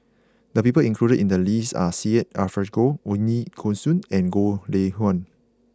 the people included in the list are Syed Alsagoff Ooi Kok Chuen and Goh Lay Kuan